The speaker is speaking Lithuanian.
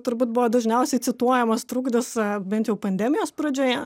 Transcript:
turbūt buvo dažniausiai cituojamas trukdis bent jau pandemijos pradžioje